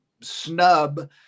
snub